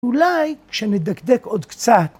אולי כשנדקדק עוד קצת.